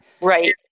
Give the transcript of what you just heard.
right